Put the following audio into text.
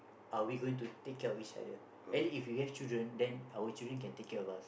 are we going to take care of each other and if we have children our children can take care of us